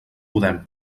podem